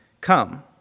Come